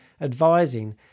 advising